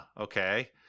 okay